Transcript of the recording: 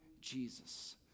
Jesus